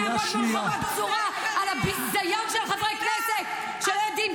אני אעמוד כחומה בצורה על ביזיון של חברי כנסת שלא יודעים,